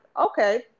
Okay